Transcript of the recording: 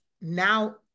now